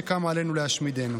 שקם עלינו להשמידנו.